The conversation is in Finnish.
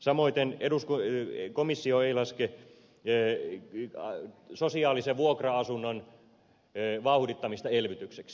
samoiten komissio ei laske sosiaalisten vuokra asuntojen rakentamisen vauhdittamista elvytykseksi